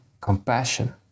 Compassion